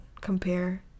compare